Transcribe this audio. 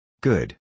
Good